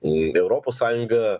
į europos sąjungą